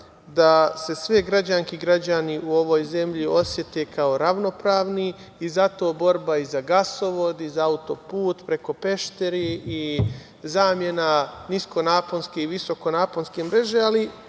da se sve građanke i građani u ovoj zemlji osete kao ravnopravni i zato borba i za gasovod, i za autoput preko Peštera, i zamena niskonapanske i visokonaponske mreže,